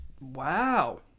Wow